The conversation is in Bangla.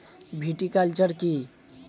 ভিটিকালচার কী?